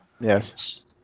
Yes